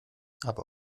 aber